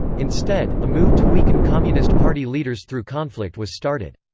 instead, a move to weaken communist party leaders through conflict was started.